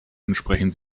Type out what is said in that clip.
entsprechen